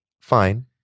Fine